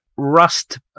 Rust